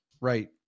right